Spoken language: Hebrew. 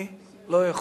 אני לא יכול.